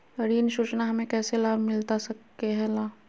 ऋण सूचना हमें कैसे लाभ मिलता सके ला?